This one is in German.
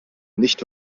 nicht